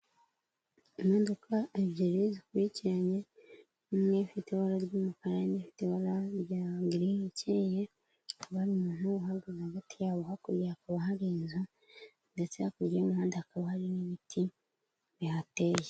Imodoka ebyiri zikurikiranye, imwe ifite ibara ry'umukara indi ifite ibara rya giri ikeye, hakaba hari umuntu uhari hagati yabo, hakurya hakaba hari inzu ndetse hakurya y'umuhanda hakaba hari n'ibiti bihateye.